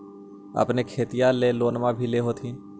अपने खेतिया ले लोनमा भी ले होत्थिन?